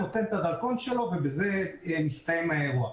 נותן את הדרכון שלו ובזה מסתיים האירוע.